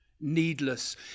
needless